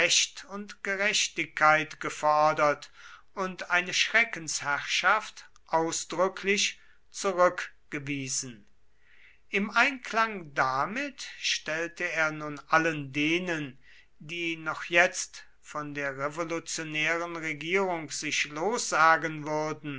und gerechtigkeit gefordert und eine schreckensherrschaft ausdrücklich zurückgewiesen im einklang damit stellte er nun allen denen die noch jetzt von der revolutionären regierung sich lossagen würden